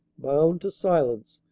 bound to silence,